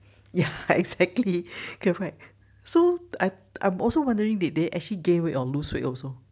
ya exactly correct so I I'm also wondering did they actually gain weight or lose weight also